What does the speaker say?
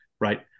right